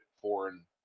foreign